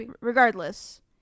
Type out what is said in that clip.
regardless